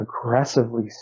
aggressively